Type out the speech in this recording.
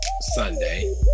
Sunday